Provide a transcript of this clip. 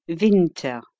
winter